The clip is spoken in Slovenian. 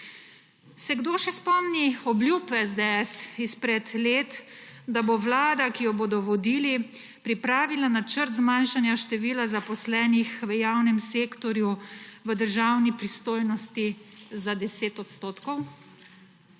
Se kdo še spomni obljub SDS izpred let, da bo vlada, ki jo bodo vodili, pripravila načrt zmanjšanja števila zaposlenih v javnem sektorju v državni pristojnosti za 10 odstotkov?